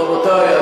רבותי,